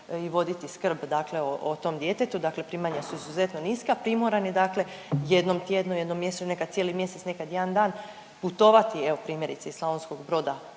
i voditi skrb dakle o tom djetetu, dakle primanja su izuzetno niska primoran je dakle jednom tjedno, jednom mjesečno, neka cijeli mjesec, neka jedan dan, putovati evo primjerice iz Slavonskog Broda